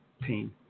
pain